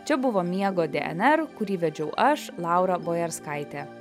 čia buvo miego dnr kurį vedžiau aš laura bojarskaitė